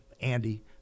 Andy